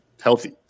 healthy